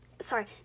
sorry